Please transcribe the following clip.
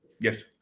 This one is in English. Yes